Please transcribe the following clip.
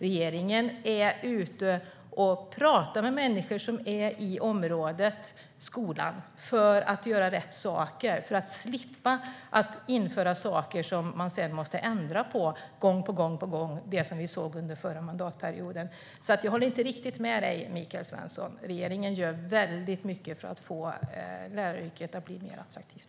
Regeringen är ute och talar med människor som är inom skolområdet för att göra rätt saker och slippa att införa saker som man sedan måste ändra på gång på gång, som vi såg under förra mandatperioden. Jag håller inte riktigt med dig, Michael Svensson. Regeringen gör väldigt mycket för att få läraryrket att bli mer attraktivt.